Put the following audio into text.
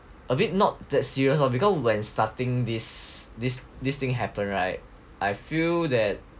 a bit not that serious lor because when starting this this this thing happen [right] I feel that